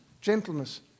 gentleness